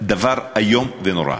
דבר איום ונורא.